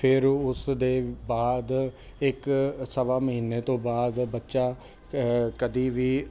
ਫਿਰ ਉਸ ਦੇ ਬਾਅਦ ਇੱਕ ਸਵਾ ਮਹੀਨੇ ਤੋਂ ਬਾਅਦ ਬੱਚਾ ਕਦੀ ਵੀ